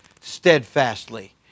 steadfastly